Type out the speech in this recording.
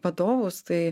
vadovus tai